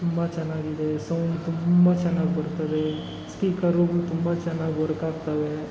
ತುಂಬ ಚೆನ್ನಾಗಿದೆ ಸೌಂಡ್ ತುಂಬ ಚೆನ್ನಾಗಿ ಬರ್ತದೆ ಸ್ಪೀಕರುಗಳು ತುಂಬ ಚೆನ್ನಾಗಿ ವರ್ಕಾಗ್ತವೆ